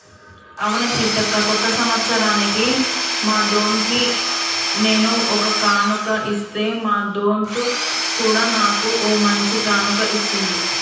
అవును సీతక్క కొత్త సంవత్సరానికి మా దొన్కి నేను ఒక కానుక ఇస్తే మా దొంత్ కూడా నాకు ఓ మంచి కానుక ఇచ్చింది